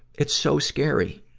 it's so scary,